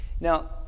Now